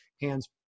hands